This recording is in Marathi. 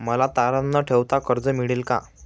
मला तारण न ठेवता कर्ज मिळेल का?